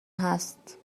هست